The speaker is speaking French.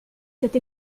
cette